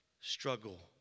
Struggle